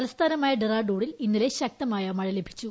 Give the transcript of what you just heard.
തലസ്ഥാനമായ ഡെറാഡൂണിൽ ഇന്നലെ ശക്തമായ മഴ ലഭിച്ചു